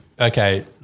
okay